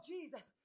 Jesus